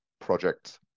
project